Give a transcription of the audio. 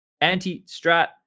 Anti-strat